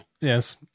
yes